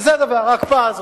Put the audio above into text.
וזה הדבר, ההקפאה הזאת.